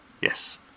Yes